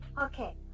Okay